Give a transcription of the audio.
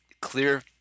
clear